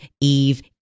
Eve